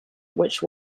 which